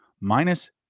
minus